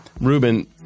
Ruben